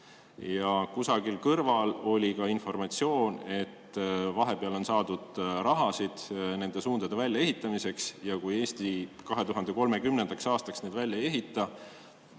Ja kusagil kõrval oli ka informatsioon, et vahepeal on saadud raha nende suundade väljaehitamiseks ja kui Eesti 2030. aastaks neid välja ei ehita,